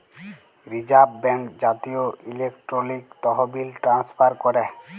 reserve bank জাতীয় electronic তহবিল transfer ক্যরে